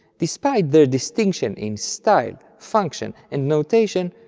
despite their distinction in style, function, and notation,